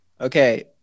Okay